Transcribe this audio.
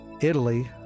Italy